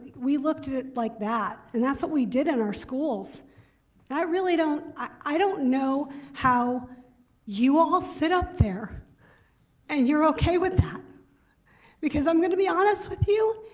we looked at it like that and that's what we did in our schools and i really don't, i don't know how you all sit up there and you're okay with that because i'm gonna be honest with you,